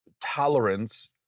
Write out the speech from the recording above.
tolerance